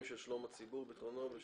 מטעמים של שלום הציבור וביטחונו,